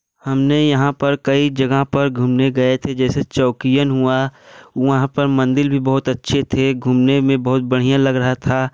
हमने यहाँ पर कई जगह पर घूमने गए थे जैसे चौकियन हुआ वहाँ पर मंदिर भी बहोत अच्छे थे घूमने में बहुत बढ़िया लग रहा था